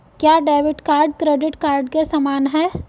क्या debit card credit card के समान है?